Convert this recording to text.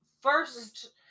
first